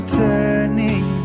turning